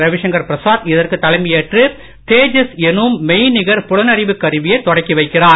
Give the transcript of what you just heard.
ரவிசங்கர் பிரசாத் இதற்கு தலைமையேற்று தேஜஸ் என்னும் மெய் நிகர் புலனறிவுக் கருவியை தொடக்கி வைக்கிறார்